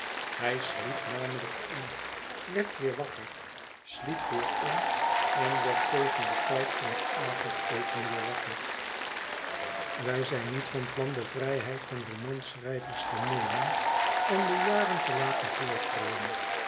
hij sliep namelijkin werd weer wakker sliep weer in en werd tegen den tijd van het avondeten weer wakker wij zijn niet van plan de vrijheid van romanschrijvers te nemen en dejaren telaten